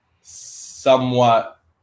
somewhat